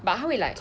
but 他会 like